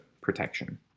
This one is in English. protection